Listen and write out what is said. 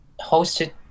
hosted